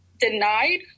denied